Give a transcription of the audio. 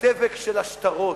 הדבק של השטרות,